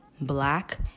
black